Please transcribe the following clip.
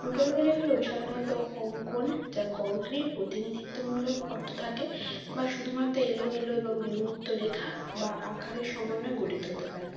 ডুডলগুলি হল সাধারণত অঙ্কন যার কংক্রিট প্রতিনিধিত্বমূলক অর্থ থাকে বা শুধুমাত্র এলোমেলো এবং বিমূর্ত রেখা বা আকারের সমন্বয়ে গঠিত হতে পারে